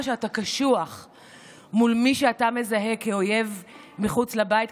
שאתה קשוח מול מי שאתה מזהה כאויב מחוץ לבית,